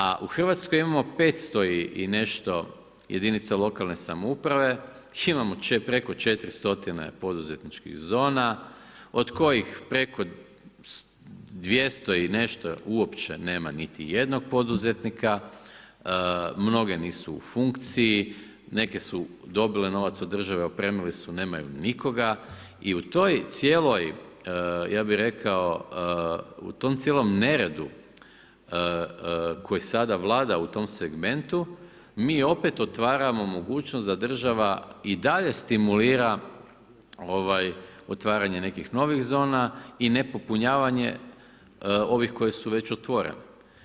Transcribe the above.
A u Hrvatskoj imamo 500 i nešto jedinica lokalne samouprave, imamo preko 400 poduzetničkih zona od kojih preko 200 i nešto uopće nema niti jednog poduzetnika, mnoge nisu u funkciji, neke su dobile novac od države opremile su, nemaju nikoga i u tom cijelom neredu koji sada vlada u tom segmentu, mi opet otvaramo mogućnost da država i dalje stimulira otvaranje nekih novih zona i ne popunjavanje ovih koje su već otvorene.